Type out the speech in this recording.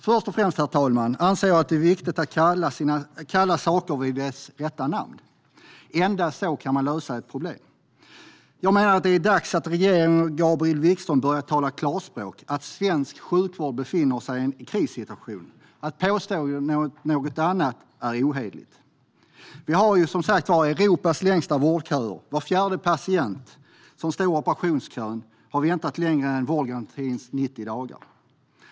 Först och främst, herr talman, anser jag att det är viktigt att kalla saker vid deras rätta namn. Endast så kan man lösa ett problem. Det är dags att regeringen och Gabriel Wikström börjar tala klarspråk. Svensk sjukvård befinner sig i en krissituation. Att påstå något annat är ohederligt. Vi har Europas längsta vårdköer. Var fjärde patient i operationskön har väntat längre än vårdgarantins 90 dagar.